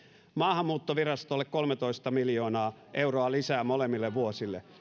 maahanmuuttovirastolle kolmetoista miljoonaa euroa lisää molemmille vuosille